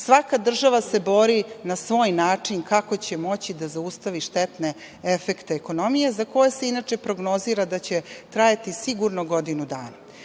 Svaka država se bori na svoj način kako će moći da zaustavi štetne efekte ekonomije, za koje se inače prognozira da će trajati sigurno godinu dana. Ono